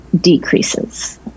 decreases